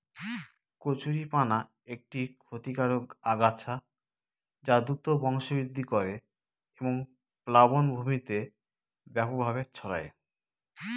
কচুরিপানা একটি ক্ষতিকারক আগাছা যা দ্রুত বংশবৃদ্ধি করে এবং প্লাবনভূমিতে ব্যাপকভাবে ছড়ায়